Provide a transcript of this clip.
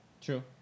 True